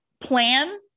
plan